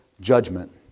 judgment